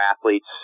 athletes